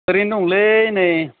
ओरैनो दंलै नै